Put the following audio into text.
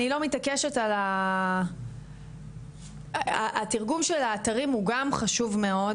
אני לא מתעקשת על התרגום של האתרים הוא גם חשוב מאוד,